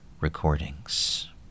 recordings